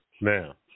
Now